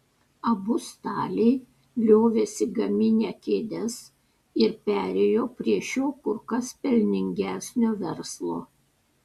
abu staliai liovėsi gaminę kėdes ir perėjo prie šio kur kas pelningesnio verslo